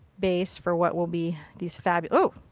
base for what will be these fab. oh!